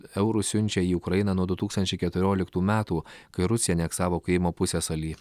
eurų siunčia į ukrainą nuo du tūktstančiai keturioliktų metų kai rusija aneksavo krymo pusiasalį